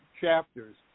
chapters